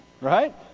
Right